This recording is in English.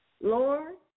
Lord